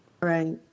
Right